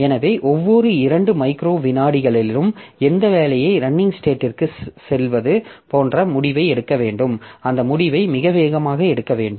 எனவே ஒவ்வொரு இரண்டு மைக்ரோ விநாடிகளிலும் எந்த வேலையை ரன்னிங் ஸ்டேட்டிற்கு செல்வது போன்ற முடிவை எடுக்க வேண்டும் அந்த முடிவை மிக வேகமாக எடுக்க வேண்டும்